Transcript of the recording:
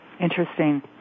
Interesting